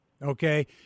Okay